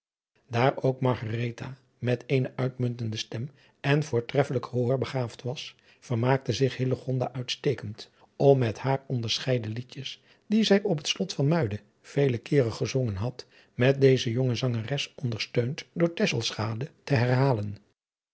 daar ook margaretha met eene uitmuntende stem en voortreffelijk gehoor begaafd was vermaakte zich hillegonda uitstekend om met haar onderscheiden liedjes die zij op het slot van muiden vele keeren gezongen had met deze jonge zangeres ondersteund door tesselschade te herhalen